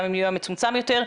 גם המצומצם יותר,